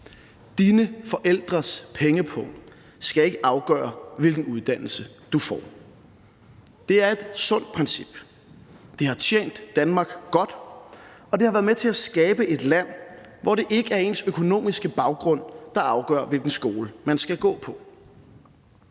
Dine forældres pengepung skal ikke afgøre, hvilken uddannelse du får. Det er et sundt princip; det har tjent Danmark godt, og det har været med til at skabe et land, hvor det ikke er ens økonomiske baggrund, der afgør, hvilken skole man skal gå på.